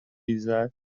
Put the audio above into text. ریزد